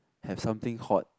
have something hot